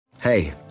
Hey